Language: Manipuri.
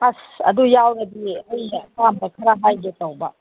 ꯑꯁ ꯑꯗꯨ ꯌꯥꯎꯔꯗꯤ ꯑꯩ ꯑꯄꯥꯝꯕ ꯈꯔ ꯍꯥꯏꯒꯦ ꯇꯧꯕ